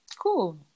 Cool